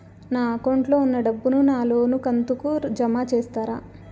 నా అకౌంట్ లో ఉన్న డబ్బును నా లోను కంతు కు జామ చేస్తారా?